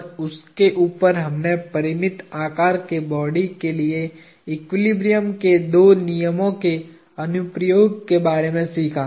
और उसके ऊपर हमने परिमित आकार के बॉडी के लिए एक्विलिब्रियम के दो नियमों के अनुप्रयोग के बारे में सीखा